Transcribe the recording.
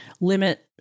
limit